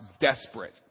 desperate